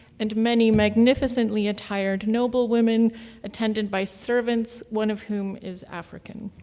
and many magnificently attired noble women attended by servants, one of whom is african.